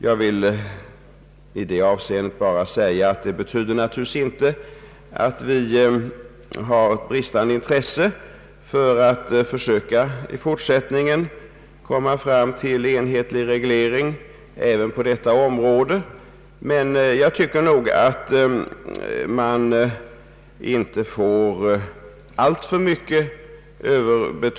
Jag vill i det avseendet bara säga att detta naturligtvis inte innebär att vi har ett bristande intresse för att försöka att i fortsättningen komma fram till enhetlig reglering även på detta område. Men enligt min mening får den synpunkten inte överbetonas alltför mycket.